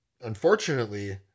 Unfortunately